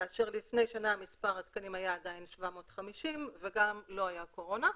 כאשר לפני שנה מספר התקנים היה עדיין 750 וגם לא הייתה קורונה.